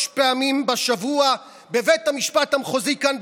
פעמים בשבוע בבית המשפט המחוזי כאן,